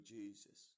Jesus